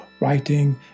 writing